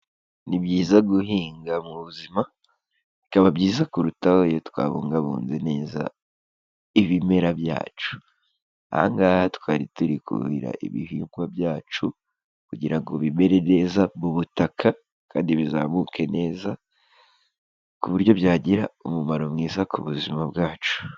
Ni byiza guhinga mu buzima, bikaba byiza kurutaho iyo twabungabunze neza ibimera byacu, aha ngaha twari turi kuhira ibihingwa byacu kugira ngo bimere neza mu butaka kandi bizamuke neza ku buryo byagira umumaro mwiza ku buzima bwacu.